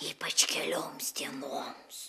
ypač kelioms dienoms